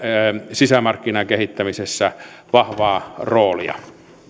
sisämarkkinan kehittämisessä vahvaa roolia